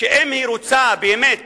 שאם היא רוצה באמת